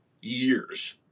years